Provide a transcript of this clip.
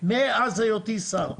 מאז היותי שר,